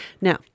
Now